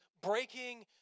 breaking